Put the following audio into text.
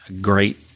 great